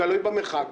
תלוי במרחק.